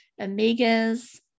omegas